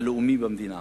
הלאומי במדינה.